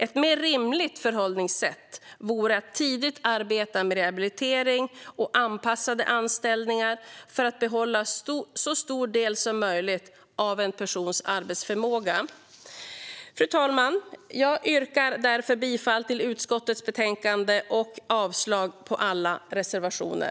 Ett mer rimligt förhållningssätt vore att tidigt arbeta med rehabilitering och anpassade anställningar för att behålla en så stor del som möjligt av en persons arbetsförmåga. Fru talman! Jag yrkar därför bifall till utskottets förslag och avslag på alla reservationer.